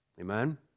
Amen